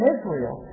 Israel